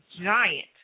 giant